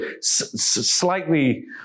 slightly